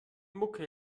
mucke